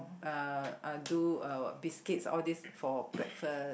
uh uh do uh what biscuit all these for breakfast